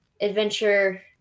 adventure